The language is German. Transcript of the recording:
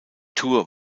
tour